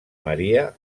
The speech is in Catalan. maria